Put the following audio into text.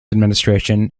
administration